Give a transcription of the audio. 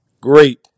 great